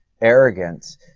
arrogance